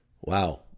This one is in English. Wow